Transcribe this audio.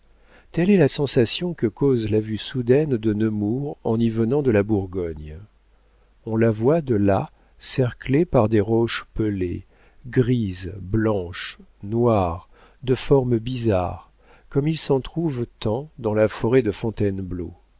telle est la sensation que cause la vue soudaine de nemours en y venant de la bourgogne on la voit de là cerclée par des roches pelées grises blanches noires de formes bizarres comme il s'en trouve tant dans la forêt de fontainebleau